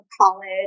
college